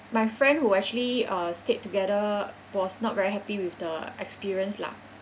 my friend who actually uh stayed together was not very happy with the experience lah